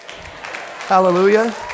Hallelujah